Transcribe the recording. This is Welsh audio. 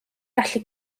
gallu